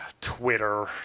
Twitter